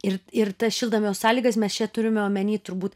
ir ir tas šiltnamio sąlygas mes čia turime omeny turbūt